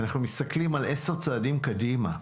אנחנו מסתכלים עשרה צעדים קדימה.